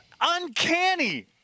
uncanny